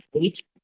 age